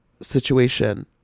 situation